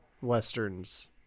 Westerns